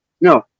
No